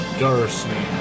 darcy